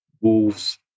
Wolves